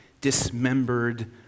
dismembered